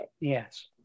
Yes